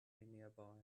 nearby